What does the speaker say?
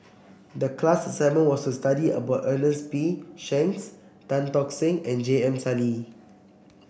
the class assignment was to study about Ernest P Shanks Tan Tock Seng and J M Sali